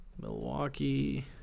Milwaukee